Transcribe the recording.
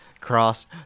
Cross